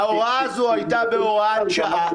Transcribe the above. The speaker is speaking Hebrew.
ההוראה הזו הייתה בהוראת שעה.